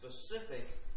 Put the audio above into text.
specific